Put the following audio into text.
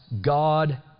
God